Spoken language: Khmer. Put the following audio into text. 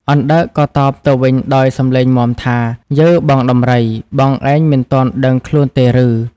អណ្ដើកក៏តបទៅវិញដោយសំឡេងមាំថា៖ "យើ! បងដំរី បងឯងមិនទាន់ដឹងខ្លួនទេឬ?